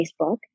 Facebook